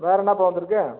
வேறு என்னாப்பா வந்துருக்குது